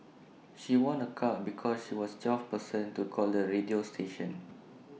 she won A car because she was the twelfth person to call the radio station